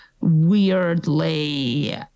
weirdly